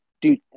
dude